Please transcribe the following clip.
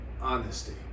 honesty